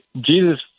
Jesus